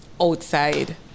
outside